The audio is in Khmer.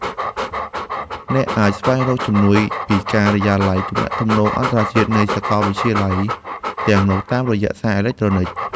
អ្នកអាចស្វែងរកជំនួយពីការិយាល័យទំនាក់ទំនងអន្តរជាតិនៃសាកលវិទ្យាល័យទាំងនោះតាមរយៈសារអេឡិចត្រូនិច។